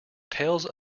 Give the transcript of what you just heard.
tails